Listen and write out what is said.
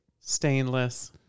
stainless